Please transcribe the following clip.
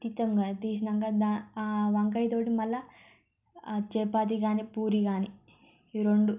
తీస్తాం కదా తీసినంక దాని ఆ వంకాయ తోటి మళ్ళా చపాతి గానీ పూరీ గానీ ఈ రెండు